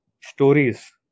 stories